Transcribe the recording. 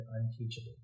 unteachable